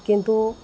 किन्तु